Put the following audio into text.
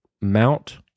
Mount